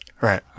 right